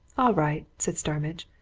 right, said starmidge.